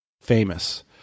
famous